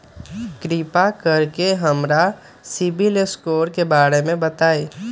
कृपा कर के हमरा सिबिल स्कोर के बारे में बताई?